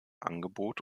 angebot